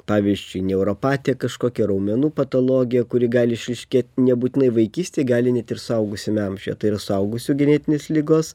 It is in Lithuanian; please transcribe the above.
pavyzdžiui neuropatija kažkokia raumenų patologija kuri gali išryškėti nebūtinai vaikystėje gali net ir suaugusiame amžiuje tai yra suaugusių genetinės ligos